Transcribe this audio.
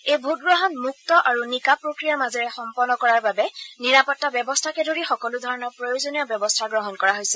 এই ভোটগ্ৰহণ মুক্ত আৰু নিকা প্ৰক্ৰিয়াৰ মাজেৰে সম্পন্ন কৰাৰ বাবে নিৰাপত্তা ব্যৱস্থাকে ধৰি সকলো ধৰণৰ প্ৰয়োজনীয় ব্যৱস্থা গ্ৰহণ কৰা হৈছে